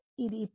ఇది ఇప్పుడు